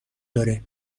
دارد